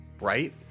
Right